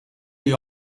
they